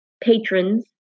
patrons